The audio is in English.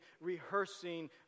rehearsing